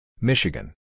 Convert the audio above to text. Michigan